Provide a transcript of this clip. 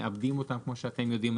מעבדים אותם כמו שאתם יודעים.